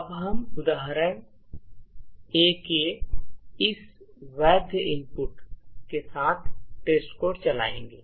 अब हम उदाहरण 5 ए 5 A's के लिए एक वैध इनपुट के साथ टेस्टकोड चलाएंगे